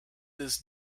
this